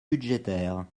budgétaires